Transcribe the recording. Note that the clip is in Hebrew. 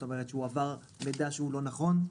זאת אומרת, הועבר מידע שהוא לא נכון.